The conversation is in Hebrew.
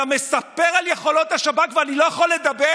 אתה מספר על יכולות השב"כ, ואני לא יכול לדבר,